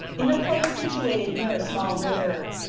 in a place situated near a small river,